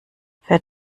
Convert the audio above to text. fährt